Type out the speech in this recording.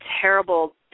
terrible